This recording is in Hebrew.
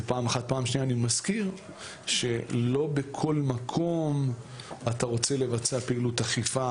אני מזכיר שלא בכל מקום אתה רוצה לבצע פעילות אכיפה.